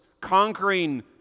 conquering